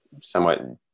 somewhat